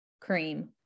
cream